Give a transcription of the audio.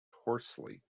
hoarsely